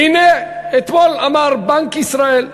והנה, אתמול אמר בנק ישראל: